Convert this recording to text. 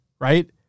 right